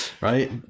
right